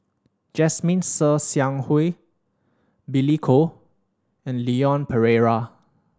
Jasmine Ser Xiang Wei Billy Koh and Leon Perera